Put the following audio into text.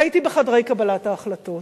והייתי בחדרי קבלת ההחלטות,